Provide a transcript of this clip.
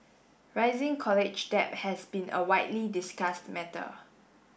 rising college debt has been a widely discussed matter